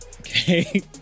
Okay